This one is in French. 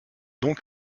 donc